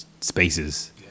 spaces